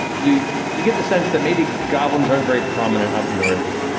you you get the sense that maybe goblins aren't very prominent up north.